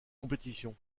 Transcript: compétition